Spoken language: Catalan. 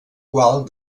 qual